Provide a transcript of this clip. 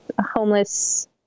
homeless